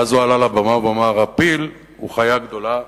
ואז הוא עלה לבמה ואמר: הפיל הוא חיה גדולה,